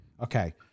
Okay